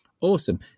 awesome